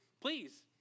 please